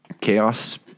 chaos